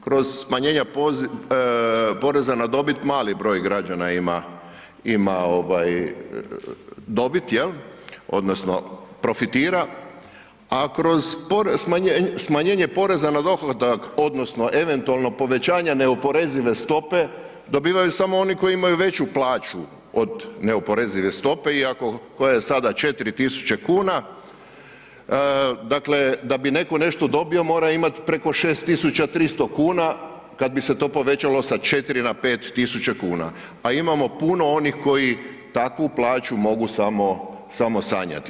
Kroz smanjenje poreza na dobit mali broj građana ima ovaj dobit jel, odnosno profitira, a kroz smanjenje poreza na dohodak odnosno eventualno povećanje neoporezive stope dobivaju samo oni koji imaju veću plaću od neoporezive stope iako, koja je sada 4.000 kuna, dakle da bi netko nešto dobio mora imati preko 6.300 kuna kad bi se to povećalo sa 4.000 na 5.000 kuna, a imamo onih koji takvu plaću mogu samo sanjati.